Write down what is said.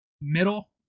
middle